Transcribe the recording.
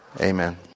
Amen